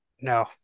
no